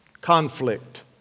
conflict